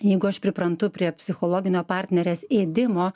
jeigu aš priprantu prie psichologinio partnerės ėdimo